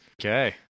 Okay